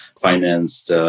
financed